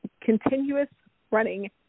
continuous-running